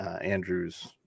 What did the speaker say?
Andrews